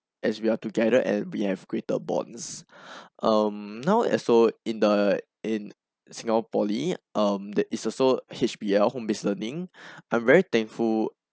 as we are together and we have greater bonds um now as so in the in singapore poly um that is also H_B_L_ home based learning I'm very thankful